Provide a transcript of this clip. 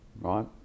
right